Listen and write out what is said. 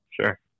Sure